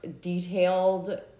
detailed